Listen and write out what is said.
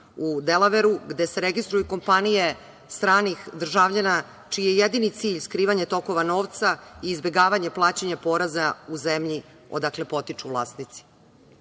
u Delaveru, gde se registruju kompanije stranih državljana, čiji je jedini cilj skrivanja tokova novca i izbegavanje poreza u zemlji odakle potiču vlasnici